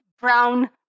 brown